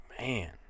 man